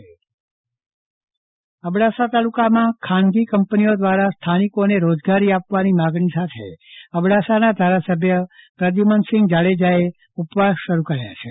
ચંદ્રવદન પદ્ટણી ધારા સભ્યના ધરણા અબડાસા તાલુકમાં ખાનગી કંપનીઓ દ્રારા સ્થાનિકોને રોજગારી આપવાની માંગણી સાથે અબડાસાના ધારસભ્ય પ્રધ્યુમનસિંહ જાડેજાએ આજથી ઉપવાસ શરૂ કર્યા છે